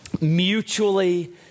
Mutually